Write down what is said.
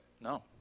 No